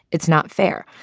it's not fair.